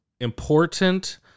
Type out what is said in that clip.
important